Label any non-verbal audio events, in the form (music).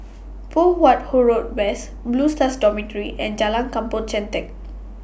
(noise) Poh Huat Huo Road West Blue Stars Dormitory and Jalan Kampong Chantek